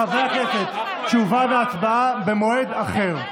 חברי הכנסת, תשובה והצבעה במועד אחר.